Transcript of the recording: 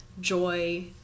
joy